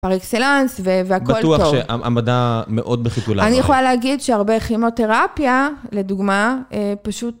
פר אקסלאנס והכול טוב. - בטוח שהמדע מאוד בחיתוליו. - אני יכולה להגיד שהרבה כימותרפיה, לדוגמה, פשוט...